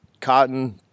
Cotton